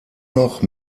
noch